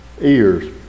ears